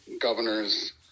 governor's